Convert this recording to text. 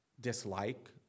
dislike